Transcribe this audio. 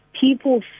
People